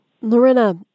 Lorena